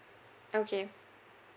okay